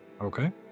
Okay